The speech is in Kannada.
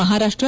ಮಹಾರಾಷ್ಟ್ರ